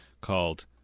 called